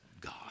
God